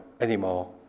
anymore